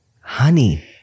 Honey